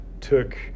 took